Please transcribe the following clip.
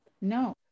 No